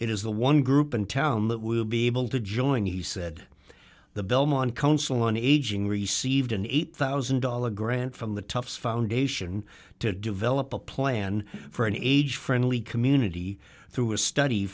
is the one group in town that will be able to join he said the belmont council on aging received an eight thousand dollars grant from the toughs foundation to develop a plan for an age friendly community through a study